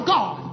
God